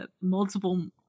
multiple